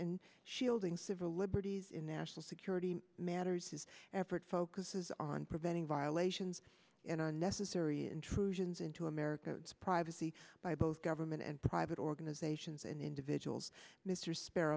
and shielding civil liberties in national security matters his effort focuses on preventing violations in unnecessary intrusions into america's privacy by both government and private organizations and individuals mr spar